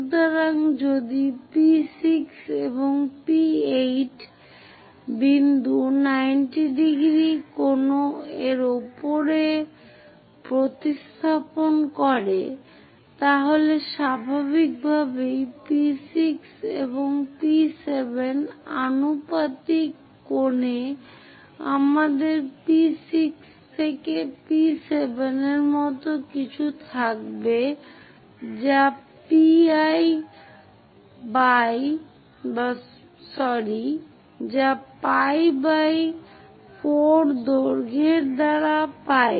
সুতরাং যদি P6 থেকে P8 বিন্দু 90° কোন এর উপরে প্রতিস্থাপন করে তাহলে স্বাভাবিকভাবেই P6 থেকে P7 আনুপাতিক কোণে আমাদের P6 থেকে P7 এর মতো কিছু থাকবে যা pi 4 দৈর্ঘ্যের দ্বারা পাই